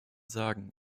sagen